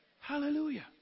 Hallelujah